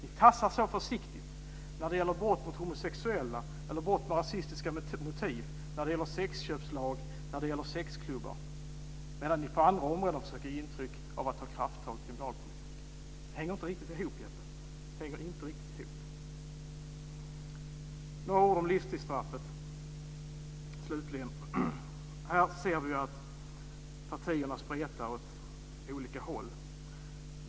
Ni tassar så försiktigt när det gäller brott mot homosexuella eller brott med rasistiska motiv, när det gäller sexköpslag och sexklubbar, medan ni på andra områden försöker ge intryck av att ta krafttag i kriminalpolitiken. Det hänger inte riktigt ihop, Jeppe Johnsson. Jag ska säga några ord om livstidsstraffet. Här ser vi att partierna spretar åt olika håll.